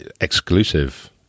exclusive